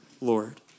Lord